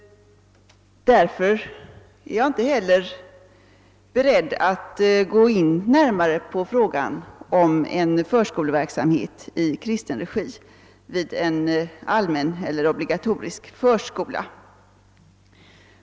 Därför är jag inte heller beredd att närmare gå in på frågan om en förskoleverksamhet i kristen regi inom ramen för en allmän eller obligatorisk förskola.